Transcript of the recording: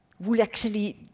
would actually,